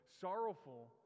sorrowful